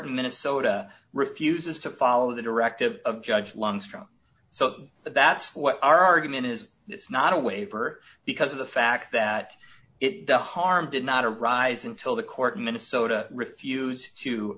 in minnesota refuses to follow the directive of judge lungs from so that's what our argument is it's not a waiver because of the fact that it does harm did not arise until the court in minnesota refused to